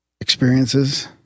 Experiences